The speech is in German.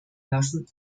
lassen